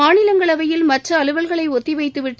மாநிலங்களவையில் மற்ற அலுவல்களை ஒத்திவைத்துவிட்டு